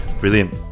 Brilliant